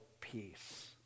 peace